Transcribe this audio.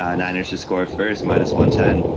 um niners to score various minus one ten.